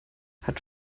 hat